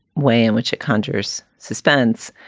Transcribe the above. way in which it conjures suspense,